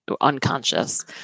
unconscious